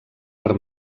per